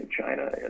China